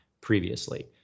previously